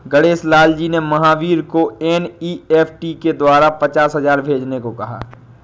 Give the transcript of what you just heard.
गणेश लाल जी ने महावीर को एन.ई.एफ़.टी के द्वारा पचास हजार भेजने को कहा